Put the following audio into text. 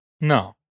No